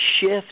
shift